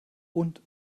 und